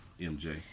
MJ